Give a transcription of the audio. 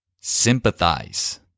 sympathize